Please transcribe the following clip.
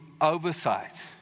oversight